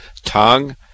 tongue